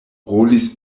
rolis